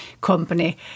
company